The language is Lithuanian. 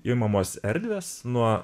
imamos erdvės nuo